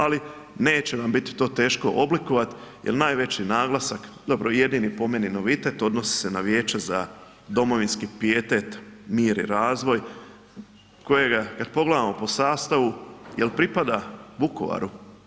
Ali neće vam to biti teško oblikovat jel najveći naglasak, dobro jedini po meni novitet odnosi se na Vijeće za domovinski pijetet, mir i razvoj, kojega kada pogledamo po sastavu jel pripada Vukovaru?